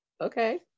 Okay